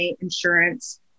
insurance